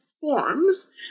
forms